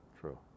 true